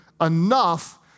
enough